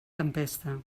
tempesta